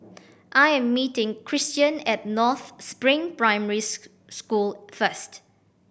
I am meeting Christian at North Spring Primary School first